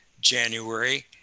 January